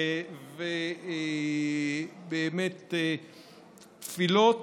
ובאמת תפילות.